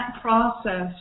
process